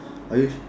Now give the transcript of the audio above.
are you